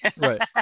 Right